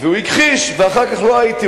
והוא הכחיש ואחר כך לא הייתי.